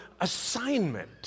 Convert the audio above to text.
assignment